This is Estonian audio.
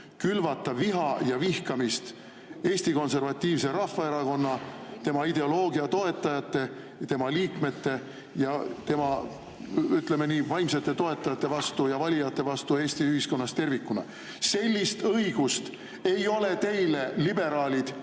külvata viha, vihkamist Eesti Konservatiivse Rahvaerakonna, tema ideoloogia toetajate, tema liikmete ja tema, ütleme nii, vaimsete toetajate vastu ja valijate vastu Eesti ühiskonnas tervikuna. Sellist õigust ei ole teile, liberaalid,